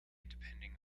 depending